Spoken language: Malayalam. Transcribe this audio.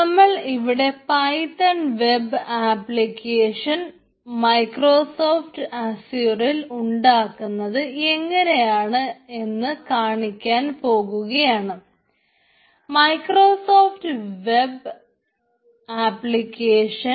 നമ്മൾ ഇവിടെ പൈത്തൺ വെബ് ആപ്ലിക്കേഷൻ